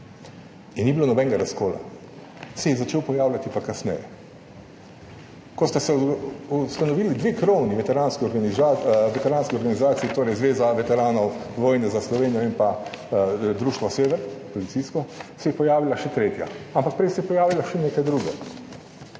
In ni bilo nobenega razkola. Se je pa začel pojavljati kasneje, ko sta se ustanovili dve krovni veteranski organizaciji, torej Zveza veteranov vojne za Slovenijo in policijsko društvo Sever, se je pojavila še tretja. Ampak prej se je pojavilo še nekaj drugega.